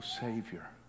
Savior